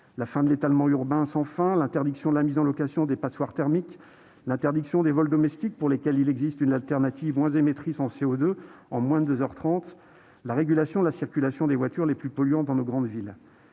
la fin de l'étalement urbain sans limite, l'interdiction de la mise en location des passoires thermiques, l'interdiction des vols domestiques pour lesquels il existe une alternative moins émettrice en CO2 pour un temps de trajet inférieur à 2 heures 30, la régulation de la circulation des voitures les plus polluantes dans nos grandes villes.